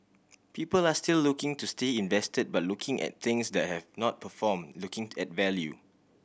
people are still looking to stay invested but looking at things that have not performed looking at value